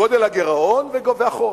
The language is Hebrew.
גודל הגירעון וגודל החוב.